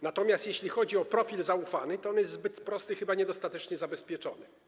Natomiast jeśli chodzi o profil zaufany, to on jest zbyt prosty i chyba niedostatecznie zabezpieczony.